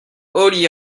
olli